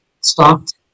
stopped